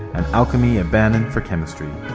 and alchemy abandoned for chemistry.